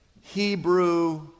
Hebrew